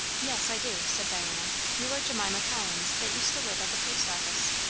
yes, i do, said diana you are jemima collins, that used to live at the post office.